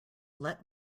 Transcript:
let